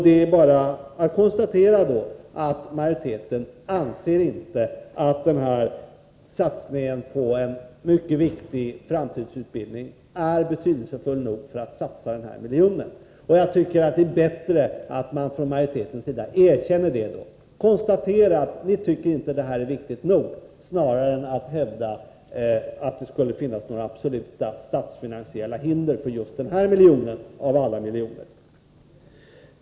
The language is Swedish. Det är då bara att konstatera att majoriteten inte anser att denna satsning på en mycket viktig framtidsutbildning är betydelsefull nog för att satsa denna miljon. Jag tycker att det då är bättre att man från majoritetens sida erkänner det och konstaterar att man inte tycker att detta är viktigt nog, i stället för att 151 hävda att det skulle finnas några absoluta statsfinansiella hinder för just denna miljon av alla miljoner.